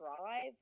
drive